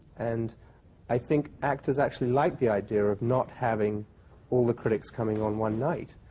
and i think actors actually like the idea of not having all the critics coming on one night.